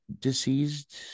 deceased